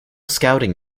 scouting